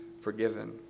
forgiven